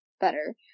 better